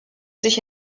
sich